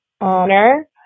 honor